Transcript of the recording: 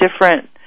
different